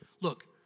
Look